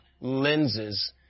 lenses